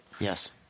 Yes